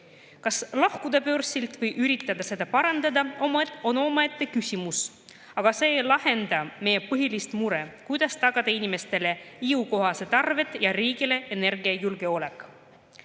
Kas lahkuda börsilt või üritada seda parandada, on omaette küsimus. Aga see ei lahenda meie põhilist muret, kuidas tagada inimestele jõukohased arved ja riigile energiajulgeolek.